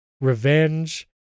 revenge